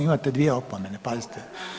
Imate dvije opomene, pazite.